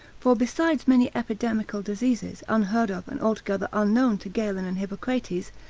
for besides many epidemical diseases unheard of, and altogether unknown to galen and hippocrates,